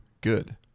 good